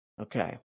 Okay